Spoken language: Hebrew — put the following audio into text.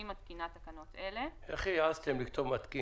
אני מתקינה תקנות אלה: תיקון1.